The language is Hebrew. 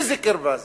איזו קרבה זאת?